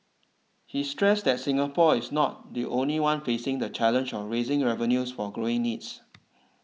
he stressed that Singapore is not the only one facing the challenge of raising revenues for growing needs